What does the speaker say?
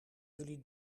jullie